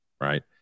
right